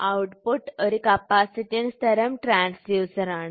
output ഒരു capacitance തരം ട്രാൻസ്ഡ്യൂസറാണ്